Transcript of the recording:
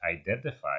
identified